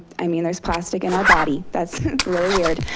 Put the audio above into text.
i mean there's plastic in our body, that's really weird.